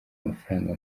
amafaranga